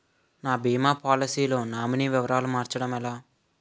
నా భీమా పోలసీ లో నామినీ వివరాలు మార్చటం ఎలా?